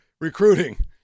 recruiting